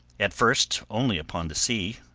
at first only upon the sea,